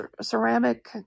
ceramic